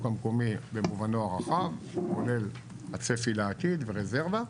המקומי במובנו הרחב כולל הצפי לעתיד ורזרבה,